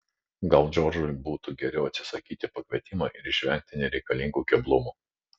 gal džordžui būtų geriau atsisakyti pakvietimo ir išvengti nereikalingų keblumų